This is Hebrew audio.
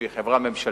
שהיא חברה ממשלתית,